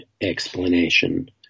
explanation